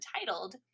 entitled